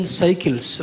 cycles